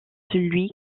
celui